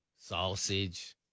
sausage